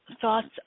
thoughts